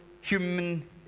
human